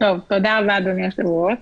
תודה רבה, אדוני היושב-ראש.